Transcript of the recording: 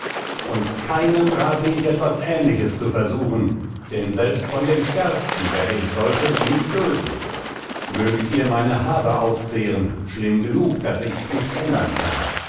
und keinem rate ich etwas ähnliches zu versuchen denn selbst von dem stärksten werde ich solches nicht dulden mögt ihr meine habe aufzehren schlimm genug daß ich's nicht ändern kann